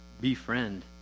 befriend